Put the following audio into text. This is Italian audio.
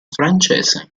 francese